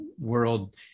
world